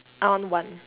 I want one